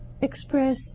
express